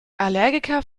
allergiker